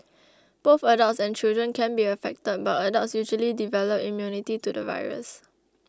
both adults and children can be affected but adults usually develop immunity to the virus